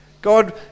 God